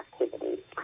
activities